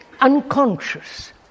unconscious